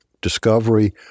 discovery